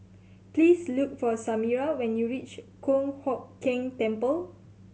please look for Samira when you reach Kong Hock Keng Temple